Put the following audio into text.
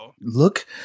Look